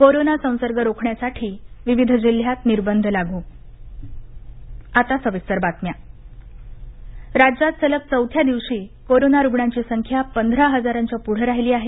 corona संसर्ग रोखण्यासाठी विविध जिल्ह्यात निर्बंध लागू कोरोना आकडेवारी राज्यात सलग चौथ्या दिवशी कोरोना रुग्णांची संख्या पंधरा हजारांच्या पुढं राहिली आहे